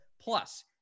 plus